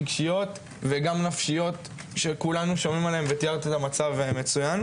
רגשיות וגם נפשיות שכולנו שומעים עליהם,